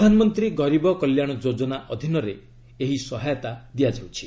ପ୍ରଧାନମନ୍ତ୍ରୀ ଗରବି କଲ୍ୟାଣ ଯୋଜନା ଅଧୀନରେ ଏହି ସହାୟତା ଦିଆଯାଇଛି